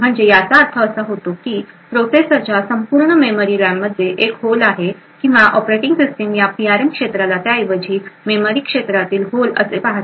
म्हणजे याचा अर्थ असा होतो की प्रोसेसरच्या संपूर्ण मेमरी रॅममध्ये एक होल आहे किंवा ऑपरेटिंग सिस्टिम या पीआरएम क्षेत्राला त्या ऐवजी मेमरी क्षेत्रातील होल असे पाहते